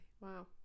Wow